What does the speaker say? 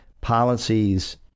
policies